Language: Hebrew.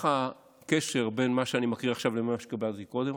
מה הקשר בין מה שקראתי עכשיו למה שדיברתי קודם?